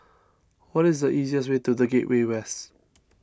what is the easiest way to the Gateway West